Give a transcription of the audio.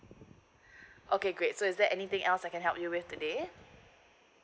okay great so is there anything else I can help you with today